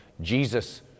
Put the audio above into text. Jesus